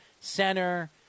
center